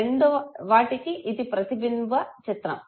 రెండు వాటికి ఇది ప్రతిబింబ చిత్రం